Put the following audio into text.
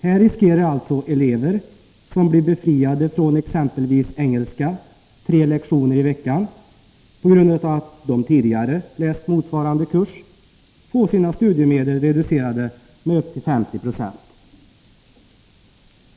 Här riskerar alltså elever som t.ex. blir befriade från tre engelska lektioner i veckan på grund av att de tidigare har läst motsvarande kurs att få sina studiemedel reducerade med upp till 50 96.